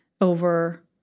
over